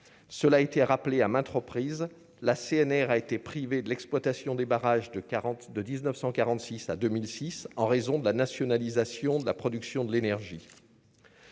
cela a été rappelé à maintes reprises la CNR a été privé de l'exploitation des barrages de 42 19146 à 2006 en raison de la nationalisation de la production de l'énergie.